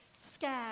scared